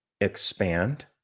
expand